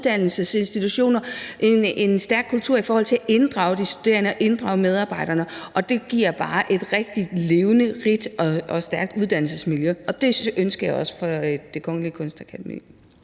uddannelsesinstitutioner i forhold til at inddrage de studerende og inddrage medarbejderne, og det giver bare et rigtig levende, rigt og stærkt uddannelsesmiljø, og det ønsker jeg også for Det Kongelige Danske Kunstakademi.